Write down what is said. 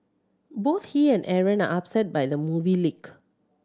both he and Aaron are upset by the movie leak